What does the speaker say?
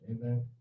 Amen